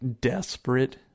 desperate